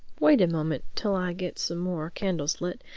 wait a moment till i get some more candles lit,